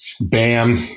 Bam